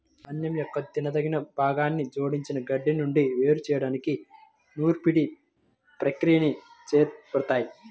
ధాన్యం యొక్క తినదగిన భాగాన్ని జోడించిన గడ్డి నుండి వేరు చేయడానికి నూర్పిడి ప్రక్రియని చేపడతారు